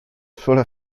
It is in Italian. sola